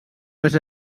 més